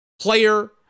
player